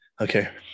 okay